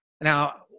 Now